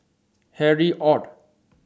Harry ORD